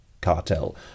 cartel